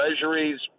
treasuries